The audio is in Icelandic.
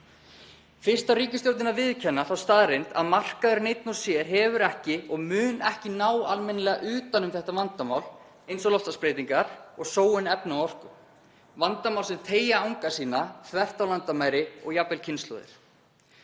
Fyrst þarf ríkisstjórnin að viðurkenna þá staðreynd að markaðurinn einn og sér hefur ekki og mun ekki ná almennilega utan um vandamál eins og loftslagsbreytingar og sóun efna og orku, vandamál sem teygja anga sína þvert yfir landamæri og jafnvel kynslóðir.